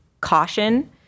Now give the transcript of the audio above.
caution